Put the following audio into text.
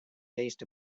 based